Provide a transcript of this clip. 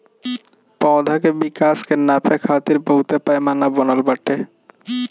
पौधा के विकास के नापे खातिर बहुते पैमाना बनल बाटे